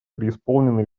преисполнены